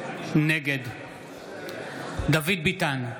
נגד דוד ביטן,